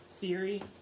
theory